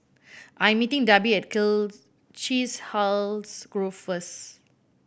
I'm meeting Darby at Chiselhurst Grove first